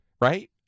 right